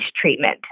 treatment